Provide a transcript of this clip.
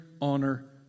honor